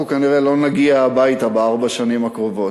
אנחנו כנראה לא נגיע הביתה בארבע השנים הקרובות.